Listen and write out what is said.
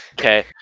Okay